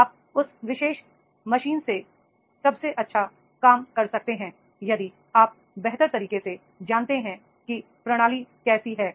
आप उस विशेष मशीन से सबसे अच्छा काम कर सकते हैं यदि आप बेहतर तरीके से जानते हैं कि प्रणाली कैसी है